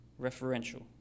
referential